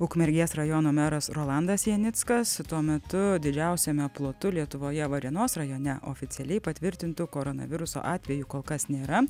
ukmergės rajono meras rolandas janickas tuo metu didžiausiame plotu lietuvoje varėnos rajone oficialiai patvirtintų koronaviruso atvejų kol kas nėra